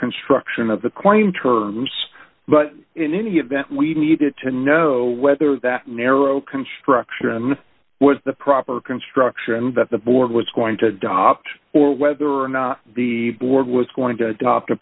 construction of the claim terms but in any event we needed to know whether that narrow construction was the proper construction that the board was going to adopt or whether or not the board was going to adopt a